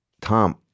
Tom